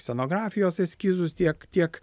scenografijos eskizus tiek tiek